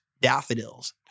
daffodils